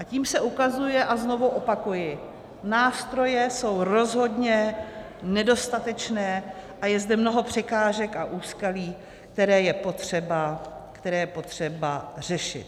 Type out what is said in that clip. A tím se ukazuje, a znovu opakuji nástroje jsou rozhodně nedostatečné a je zde mnoho překážek a úskalí, které je potřeba řešit.